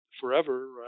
forever